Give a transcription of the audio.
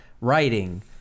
writing –